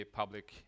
public